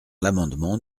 l’amendement